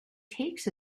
takes